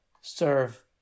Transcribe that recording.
serve